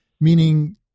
meaning